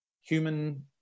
human